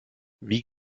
wie